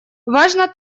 важно